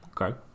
Okay